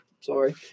Sorry